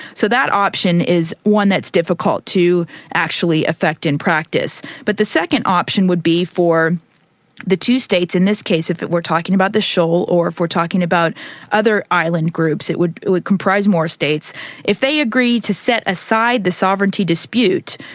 so that option is one that's difficult to actually effect in practice. but the second option would be for the two states in this case, if it were talking about the shoal, or if we're talking about other island groups it would it would comprise more states if they agree to set aside the sovereignty dispute,